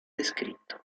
descritto